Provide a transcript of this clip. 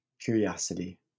curiosity